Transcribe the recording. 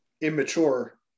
immature